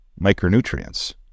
micronutrients